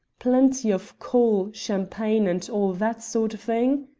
plenty of coal, champagne, and all that sort of thing?